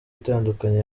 itandukanye